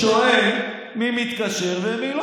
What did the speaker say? שואל מי מתקשר ומי לא,